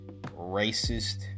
racist